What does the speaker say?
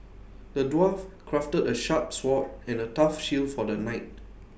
the dwarf crafted A sharp sword and A tough shield for the knight